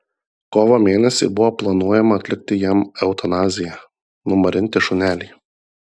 kovo mėnesį buvo planuojama atlikti jam eutanaziją numarinti šunelį